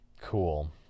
Cool